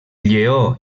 lleó